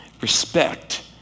respect